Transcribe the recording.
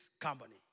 company